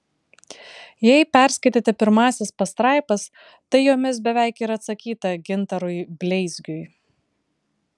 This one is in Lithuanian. jei perskaitėte pirmąsias pastraipas tai jomis beveik ir atsakyta gintarui bleizgiui